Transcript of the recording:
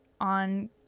on